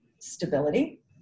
stability